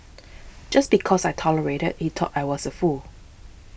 just because I tolerated he thought I was a fool